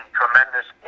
tremendous